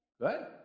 Good